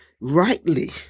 rightly